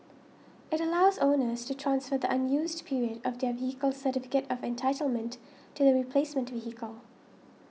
it allows owners to transfer the unused period of their vehicle's certificate of entitlement to the replacement vehicle